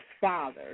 father